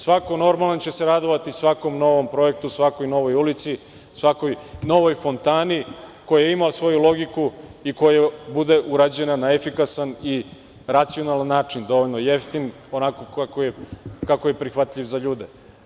Svako normalan će se radovati svakom novom projektu, svakoj novoj ulici, svakoj novoj fontani koja ima svoju logiku i koja bude urađena na efikasan i racionalan način, dovoljno jeftin, onako kako je prihvatljiv za ljude.